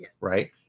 right